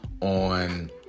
on